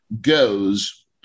goes